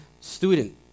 student